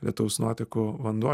lietaus nuotekų vanduo